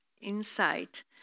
insight